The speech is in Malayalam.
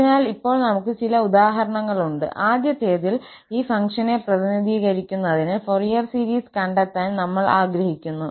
അതിനാൽ ഇപ്പോൾ നമുക്ക് ചില ഉദാഹരണങ്ങളുണ്ട് ആദ്യത്തേതിൽ ഈ ഫംഗ്ഷനെ പ്രതിനിധീകരിക്കുന്നതിന് ഫോറിയർ സീരീസ് കണ്ടെത്താൻ നമ്മൾ ആഗ്രഹിക്കുന്നു